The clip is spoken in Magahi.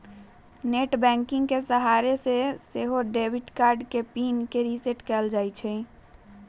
नेट बैंकिंग के सहारे से सेहो डेबिट कार्ड के पिन के रिसेट कएल जा सकै छइ